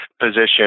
position